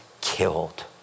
killed